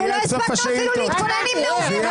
ולא הספקנו אפילו להתכונן עם נאומים.